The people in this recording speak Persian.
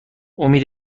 امید